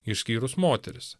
išskyrus moteris